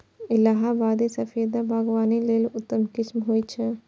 इलाहाबादी सफेदा बागवानी लेल उत्तम किस्म होइ छै